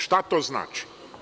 Šta to znači?